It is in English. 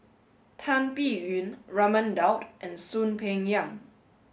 Tan Biyun Raman Daud and Soon Peng Yam